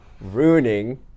ruining